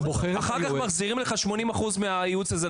אחר כך מחזירים לך 80% מהייעוץ הזה,